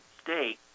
state